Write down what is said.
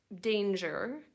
danger